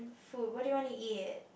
food what do you want to eat eh